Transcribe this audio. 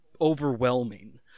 overwhelming